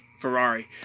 Ferrari